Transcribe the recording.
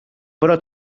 però